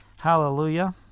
Hallelujah